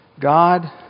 God